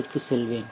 m க்கு செல்வேன்